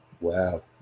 Wow